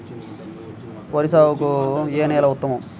వరి సాగుకు ఏ నేల ఉత్తమం?